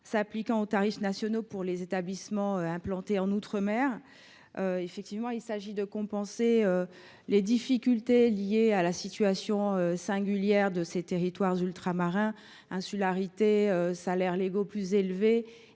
s’appliquant aux tarifs nationaux pour les établissements implantés en outre mer, afin de compenser les difficultés liées à la situation singulière des territoires ultramarins : insularité, salaires légaux plus élevés,